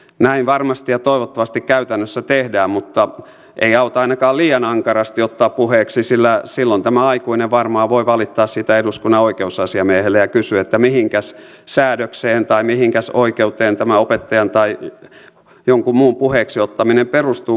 näin varmasti ja toivottavasti käytännössä tehdään mutta ei auta ainakaan liian ankarasti ottaa puheeksi sillä silloin tämä aikuinen varmaan voi valittaa siitä eduskunnan oikeusasiamiehelle ja kysyä että mihinkäs säädökseen tai mihinkäs oikeuteen tämä opettajan tai jonkun muun puheeksi ottaminen perustuu